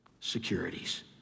securities